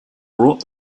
brought